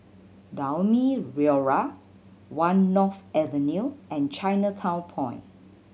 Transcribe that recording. Naumi Liora One North Avenue and Chinatown Point